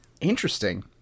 Interesting